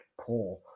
poor